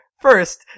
First